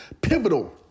Pivotal